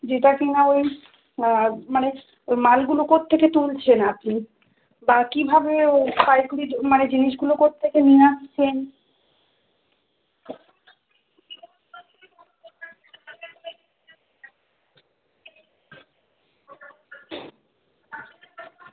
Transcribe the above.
যেটা কিনা ওই মানে ওই মালগুলো কোথ থেকে তুলছেন আপনি বা কীভাবে ও পাইকিরি যো মানে জিনিসগুলো কোথ থেকে নিয়ে আসছেন